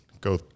go